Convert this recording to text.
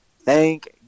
thank